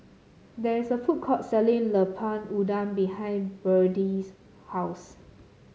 there is a food court selling Lemper Udang behind Byrdie's house